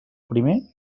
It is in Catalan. primer